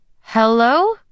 Hello